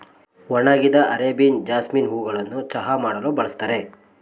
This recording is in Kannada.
ಒಣಗಿದ ಅರೇಬಿಯನ್ ಜಾಸ್ಮಿನ್ ಹೂಗಳನ್ನು ಚಹಾ ಮಾಡಲು ಬಳ್ಸತ್ತರೆ